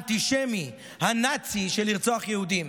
האנטישמי, הנאצי, של לרצוח יהודים.